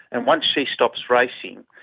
and once she stops racing,